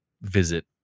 visit